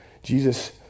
Jesus